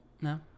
no